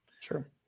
Sure